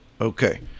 Okay